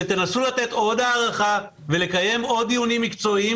שתנסו לתת עוד הארכה ולקיים עוד דיונים מקצועיים